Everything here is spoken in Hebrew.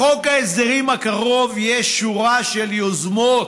בחוק ההסדרים הקרוב יש שורה של יוזמות